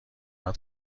قدر